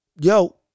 Yo